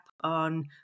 on